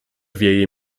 wieje